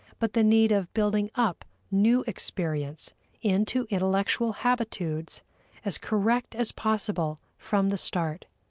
but the need of building up new experience into intellectual habitudes as correct as possible from the start.